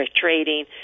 trading